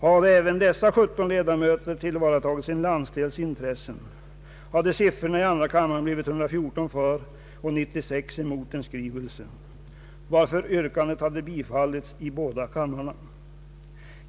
Hade även dessa 17 ledamöter tillvaratagit sin landsdels intressen hade siffrorna i andra kammaren blivit 114 för och 96 emot en skrivelse, varför yrkandet hade bifallits i båda kamrarna.